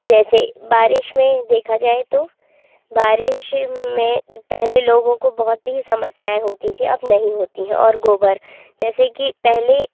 जैसे बारिश में देखा जाय तो बारिश में पहले लोगों को बहुत ही समस्याएं होती थी अब नहीं होती हैं और गोबर जैसे कि पहले